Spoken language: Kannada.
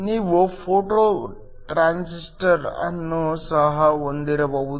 ನೀವು ಫೋಟೋ ಟ್ರಾನ್ಸಿಸ್ಟರ್ ಅನ್ನು ಸಹ ಹೊಂದಿರಬಹುದು